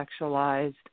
sexualized